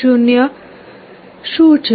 0 શું છે